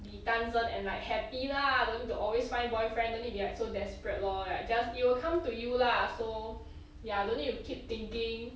比单身 and like happy lah don't need to always find boyfriend no need be like so desperate lor like just he will come to you lah so ya don't need to keep thinking